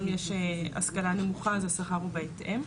אם יש השכלה נמוכה אז השכר הוא בהתאם.